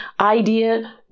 idea